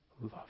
love